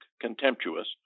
contemptuous